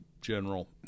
General